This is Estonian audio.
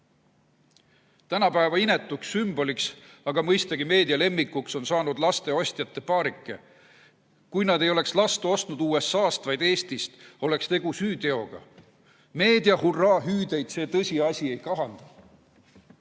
Tänapäeva inetuks sümboliks, aga mõistagi meedia lemmikuks on saanud lasteostjate paarike. Kui nad ei oleks last ostnud USA-st, vaid Eestist, oleks tegu süüteoga. Meedia hurraahüüdeid see tõsiasi ei kahanda.